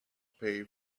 pay